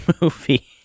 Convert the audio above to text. movie